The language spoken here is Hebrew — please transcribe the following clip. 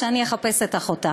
שאני אחפש את אחותה.